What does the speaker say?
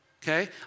Okay